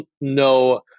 no